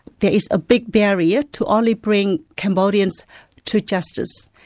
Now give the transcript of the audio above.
there is a big barrier to only bring cambodians to justice,